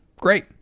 great